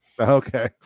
okay